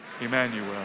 Emmanuel